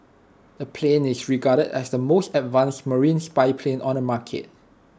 the plane is regarded as the most advanced marine spy plane on the market